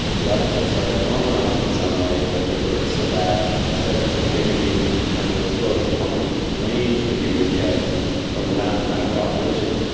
the outputs are normalized in some way typically so that instead of just giving you kind of the floating point range that you would get from the mathematical operation,